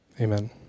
Amen